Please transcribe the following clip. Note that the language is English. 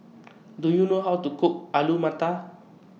Do YOU know How to Cook Alu Matar